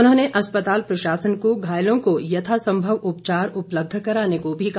उन्होंने अस्पताल प्रशासन को घायलों को यथासंभव उपचार उपलब्ध करवाने को भी कहा